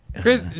Chris